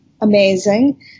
amazing